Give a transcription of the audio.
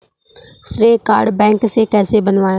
श्रेय card bank से कैसे बनवाएं?